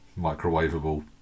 microwavable